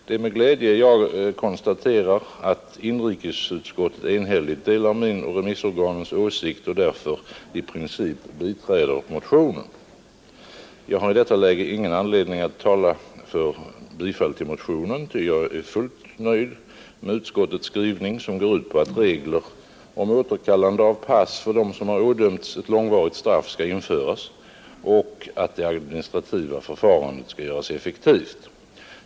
Det är med glädje jag konstaterar att inrikesutskottet enhälligt delar min och remissorganens åsikt och därför i princip biträder motionen. Jag har i detta läge ingen anledning att tala för bifall till motionen. Jag är fullt nöjd med utskottets skrivning, som går ut på att regler om återkallande av pass från dem som har adömts långvarigt straff skall införas och att det administrativa förfarandet skall göras effektivt.